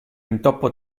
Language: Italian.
intoppo